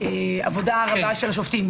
העבודה הרבה של שופטים.